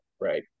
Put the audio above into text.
right